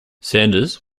sanders